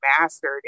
mastered